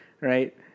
Right